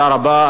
תודה רבה.